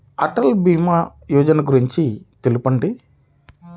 అటల్ భీమా యోజన గురించి తెలుపండి?